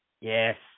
Yes